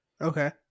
Okay